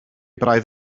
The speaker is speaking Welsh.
braidd